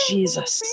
Jesus